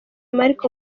malik